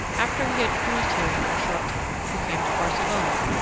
after we had cruised here for a short time, we came to barcelona,